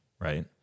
right